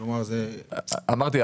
אמרתי,